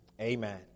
amen